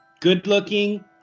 Good-looking